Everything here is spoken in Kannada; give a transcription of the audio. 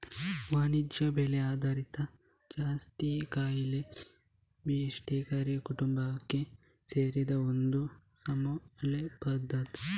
ವಾಣಿಜ್ಯ ಬೆಳೆ ಆದ ಜಾಯಿಕಾಯಿ ಮಿರಿಸ್ಟಿಕಾ ಕುಟುಂಬಕ್ಕೆ ಸೇರಿದ ಒಂದು ಮಸಾಲೆ ಪದಾರ್ಥ